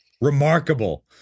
remarkable